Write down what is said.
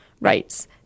rights